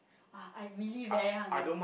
!wah! I really very hungry already